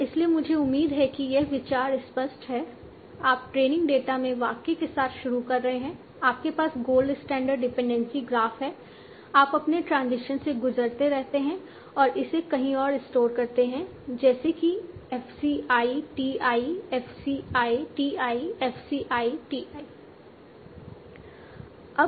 इसलिए मुझे उम्मीद है कि यह विचार स्पष्ट है आप ट्रेनिंग डेटा में वाक्य के साथ शुरू कर रहे हैं आपके पास गोल्ड स्टैंडर्ड डिपेंडेंसी ग्राफ है आप अपने ट्रांजिशन से गुजरते रहते हैं और इसे कहीं और स्टोर करते हैं जैसे कि f c i t i f c i t i f c i t i